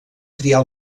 triar